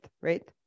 right